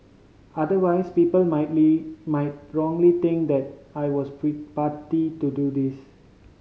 otherwise people might wrongly think that I was party to do this